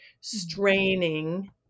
straining